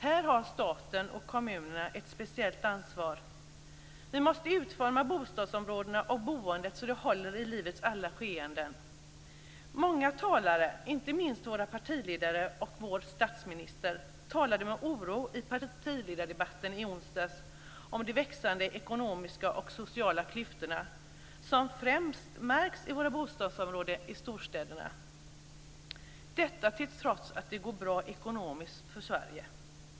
Här har staten och kommunerna ett speciellt ansvar. Vi måste utforma bostadsområdena och boendet så att de håller i livets alla skeenden. Många talare, inte minst partiledarna och vår statsminister, talade med oro i partiledardebatten i onsdags om de växande ekonomiska och sociala klyftorna, som främst märks i våra bostadsområden i storstäderna - detta trots att det nu går bra ekonomiskt för Sverige.